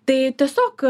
tai tiesiog